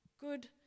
good